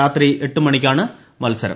രാത്രി എട്ട് മണിക്കാണ് മൽസരം